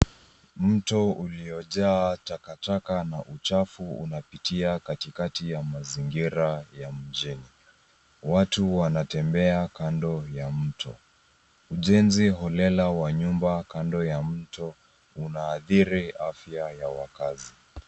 Mto uliojaa takataka na uchafu unapitia katikati ya mazingira ya mjengo. Watu wanatembea kando ya mto. Ujenzi holela wa nyumba kando ya mto unaadhiri afya ya wakazi.